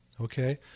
okay